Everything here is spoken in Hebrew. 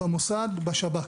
במוסד ובשב"כ.